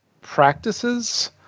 practices